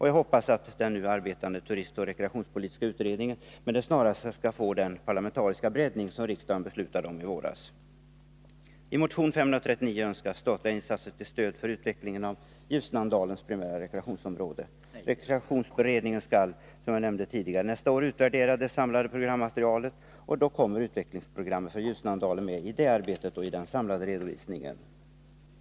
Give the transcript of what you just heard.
Jag hoppas att den nu arbetande turistoch rekreationspolitiska utredningen med det snaraste skall få den parlamentariska breddning som riksdagen beslutade om i våras. Rekreationsberedningen skall, som jag nämnde tidigare, nästa år utvärdera det samlade programmaterialet, och då kommer utvecklingsprogrammet från Ljusnandalen med i det arbetet och i den samlade redovisningen.